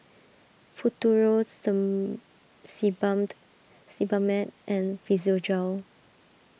Futuro Sebamed and Physiogel